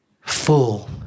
full